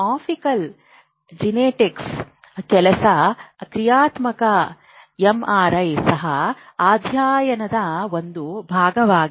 optical ಜೆನೆಟಿಕ್ಸ್ನ ಕೆಲಸ ಕ್ರಿಯಾತ್ಮಕ ಎಂಆರ್ಐ ಸಹ ಅಧ್ಯಯನದ ಒಂದು ಭಾಗವಾಗಿದೆ